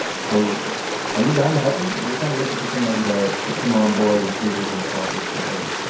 so are you done to help him. we're kind of looking for somebody to to come on board and see if we can solve this together